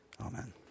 Amen